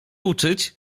uczyć